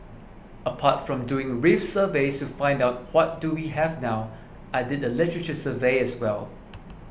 apart from doing reef surveys to find out what do we have now I did a literature survey as well